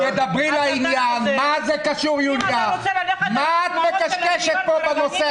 אני לא רוצה לחיות באורח החיים ההומוסקסואלי.